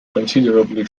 considerably